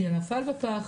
שנפל בפח,